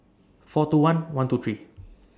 four two one one two three